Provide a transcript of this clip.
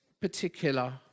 particular